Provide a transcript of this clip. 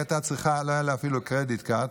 לא היה לה אפילו קרדיט קארד,